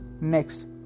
next